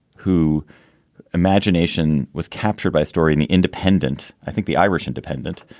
who imagination was captured by story in the independent. i think the irish independent